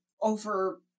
over